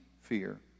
fear